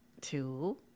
two